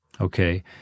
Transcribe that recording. okay